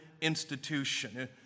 institution